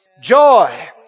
Joy